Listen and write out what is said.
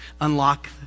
Unlock